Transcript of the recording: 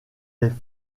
les